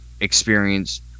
experience